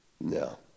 No